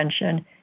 attention